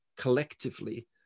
collectively